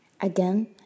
Again